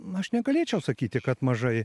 aš negalėčiau sakyti kad mažai